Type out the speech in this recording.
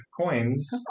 coins